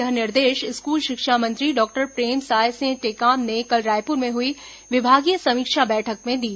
यह निर्देश स्कूल शिक्षा मंत्री डॉक्टर प्रेमसाय सिंह टेकाम ने कल रायपुर में हुई विभागीय समीक्षा बैठक में दिए